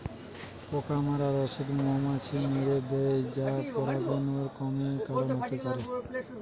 পোকা মারার ঔষধ মৌমাছি মেরে দ্যায় যা পরাগরেণু কমের কারণ হতে পারে